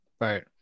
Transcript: Right